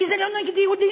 כי זה לא נגד יהודים.